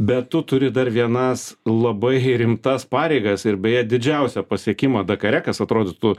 bet tu turi dar vienas labai rimtas pareigas ir beje didžiausią pasiekimą dakare kas atrodytų